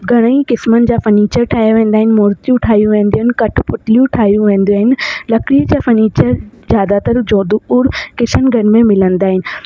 घणई क़िस्मनि जा फर्नीचर ठाहिया वेंदा आहिनि मूर्तियूं ठाहियूं वेंदियूं आहिनि कटपुतलियूं ठाहियूं वेंदियूं आहिनि लकड़ीअ जा फर्नीचर ज़्यादातर जोधपुर किशनगढ़ में मिलंदा आहिनि